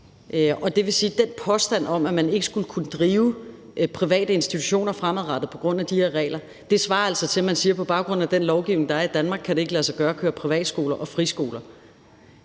at det at komme med den påstand om, at man ikke skulle kunne drive private institutioner fremadrettet på grund af de her regler, altså svarer til, at man siger, at på baggrund af den lovgivning, der er i Danmark, kan det ikke lade sig gøre at drive privatskoler og friskoler.